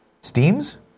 steams